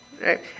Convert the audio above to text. right